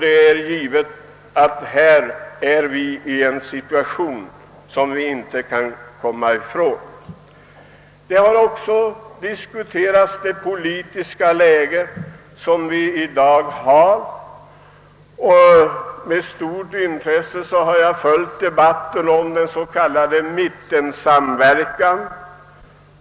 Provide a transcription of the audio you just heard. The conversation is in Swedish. Det är klart att vi här befinner oss i en situation som vi inte kan bortse ifrån. Dagens politiska läge har också diskuterats, och jag har med stort intresse följt debatten om den s.k. mittensamverkan.